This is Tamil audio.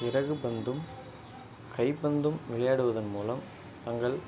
இறகு பந்தும் கை பந்தும் விளையாடுவதன் மூலம் தங்கள்